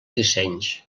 dissenys